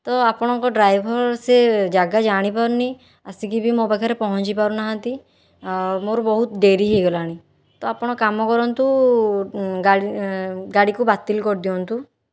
ତ ଆପଣଙ୍କ ଡ୍ରାଇଭର ସେ ଜାଗା ଜାଣି ପାରୁନି ଆସିକି ବି ମୋ ପାଖରେ ପହଞ୍ଚି ପାରୁନାହାଁନ୍ତି ଆଉ ମୋର ବହୁତ ଡେରି ହୋଇଗଲାଣି ତ ଆପଣ କାମ କରନ୍ତୁ ଗାଡ଼ି ଗାଡ଼ିକୁ ବାତିଲ କରିଦିଅନ୍ତୁ